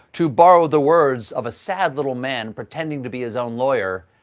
to borrow the words of a sad little man pretending to be his own lawyer,